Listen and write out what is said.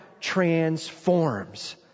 transforms